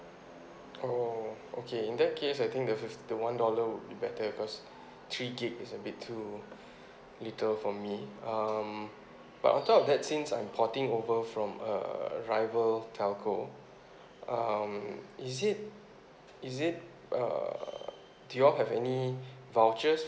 oh okay in that case I think the fif~ the one dollar will be better because three gig is a bit too little for me um but on top of that since I'm porting over from a rival telco um is it is it uh do you all have any vouchers